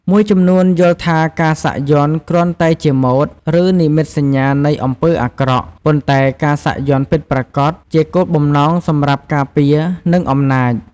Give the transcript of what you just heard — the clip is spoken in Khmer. មួយចំនួនយល់ថាការសាក់យ័ន្តគ្រាន់តែជាម៉ូដ ឬនិមិត្តសញ្ញានៃអំពើអាក្រក់ ប៉ុន្តែការសាក់យ័ន្តពិតប្រាកដជាគោលបំណងសម្រាប់ ការពារ និងអំណាច។